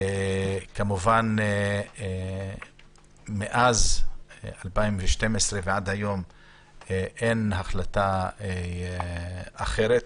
כמובן שמאז 2012 עד היום אין החלטה אחרת,